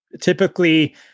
Typically